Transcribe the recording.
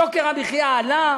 יוקר המחיה עלה,